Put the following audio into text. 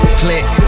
click